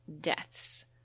deaths